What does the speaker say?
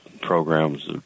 programs